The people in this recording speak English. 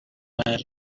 were